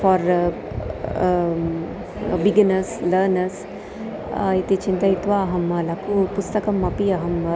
for beginners learners इति चिन्तयित्वा अहं लघु पुस्तकमपि अहं